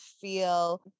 feel